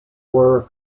were